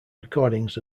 recordings